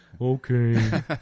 Okay